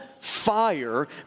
fire